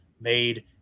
made